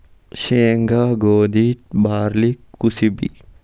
ಸೇಂಗಾ, ಗೋದಿ, ಬಾರ್ಲಿ ಕುಸಿಬಿ